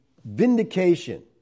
Vindication